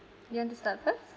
okay you want to start first